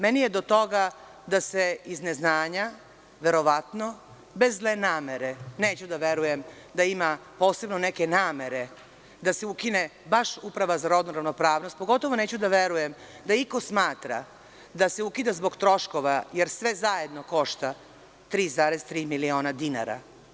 Meni je do toga da se iz neznanja, verovatno bez zle namere, neću da verujem da ima posebno neke namere da se ukine baš Uprava za rodnu ravnopravnost, a pogotovo neću da verujem da iko smatra da se ukida zbog troškova, jer sve zajedno košta 3,3 miliona dinara.